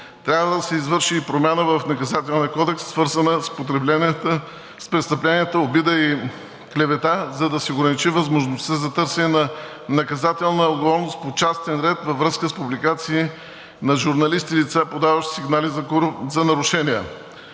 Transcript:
Трябва да се извърши и промяна в Наказателния кодекс, свързана с престъпленията обида и клевета, за да се ограничи възможността за търсене на наказателна отговорност по частен ред във връзка с публикации на журналисти и лица, подаващи сигнали за нарушения.